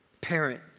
parent